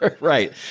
Right